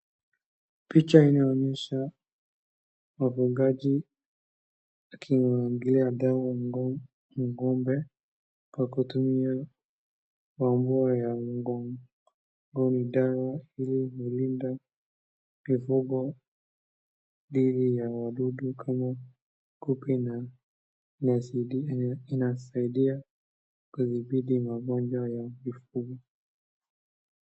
Picha inayoonyesha mfugaji akinyunyizia dawa ng'ombe, kwa kutumia mbombo ya mgongo, ni dawa hii hulinda mifugo dhidi ya wadudu kama kupe na zingine, inasidia kudhibiti magonjwa ya mifugo.